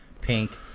pink